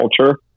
culture